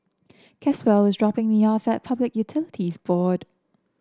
Caswell is dropping me off at Public Utilities Board